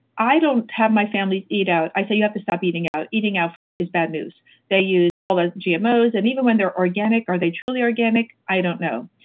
i don't have my families eat out. i say, you have to stop eating out. eating out food is bad news they use all the gmos, and even when they're organic, are they truly organic? i don't know.